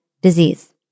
disease